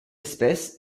espèce